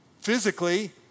Physically